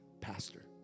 pastor